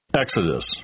Exodus